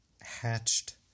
hatched